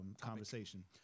conversation